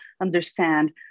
understand